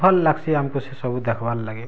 ଭଲ୍ ଲାଗ୍ସି ଆମକୁ ସେ ସବୁ ଦେଖବାର୍ ଲାଗି